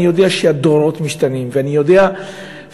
אני יודע שהדורות משתנים ואני יודע שהתלמידים,